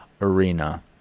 arena